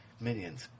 minions